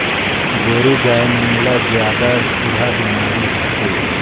गोरु गाय मन ला जादा खुरहा बेमारी होथे